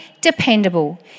dependable